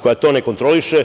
koja to ne kontroliše.